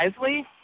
wisely